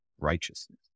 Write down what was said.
righteousness